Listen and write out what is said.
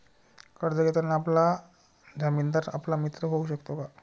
कर्ज घेताना आपला जामीनदार आपला मित्र होऊ शकतो का?